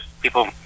People